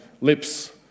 lips